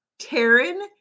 Taryn